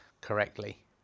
correctly